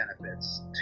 benefits